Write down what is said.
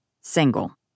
single